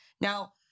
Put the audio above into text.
Now